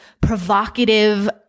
provocative